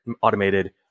automated